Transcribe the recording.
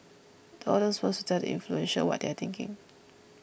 the audience wants to tell the influential what they are thinking